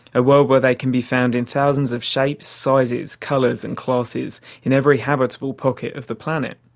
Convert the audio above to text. a world where they can be found in thousands of shapes, sizes, colours and classes in every habitable pocket of the planet.